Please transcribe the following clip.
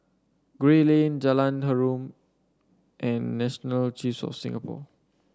Gray Lane Jalan Harum and National Archives of Singapore